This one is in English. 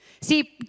See